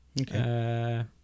okay